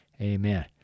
Amen